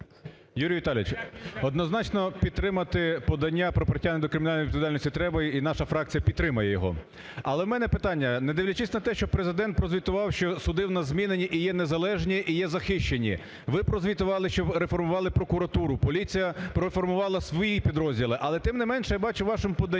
Юрій Віталійович, однозначно, підтримати подання про притягнення до кримінальної відповідальності треба, і наша фракція підтримає його. Але в мене питання. Не дивлячись на те, що Президент прозвітував, що суди в нас змінені і є незалежні і є захищені, ви прозвітували, що реформували прокуратуру, поліція реформувала свої підрозділи, але тим не менше, я бачу, у вашому поданні